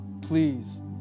please